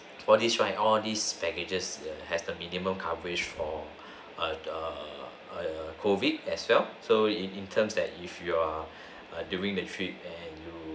for this right all these packages has the minimum coverage for err err COVID as well so in in terms that if you are err during the trip and you